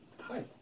Hi